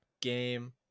game